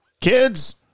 Kids